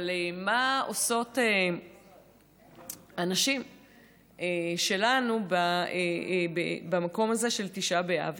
אבל מה עושות הנשים שלנו במקום הזה של תשעה באב?